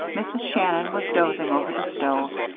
mrs. shannon was dozing over the stove,